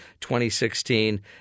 2016